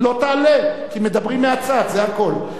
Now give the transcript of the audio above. לא תעלה, כי מדברים מהצד, זה הכול.